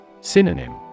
Synonym